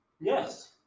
Yes